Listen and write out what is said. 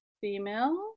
female